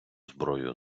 зброю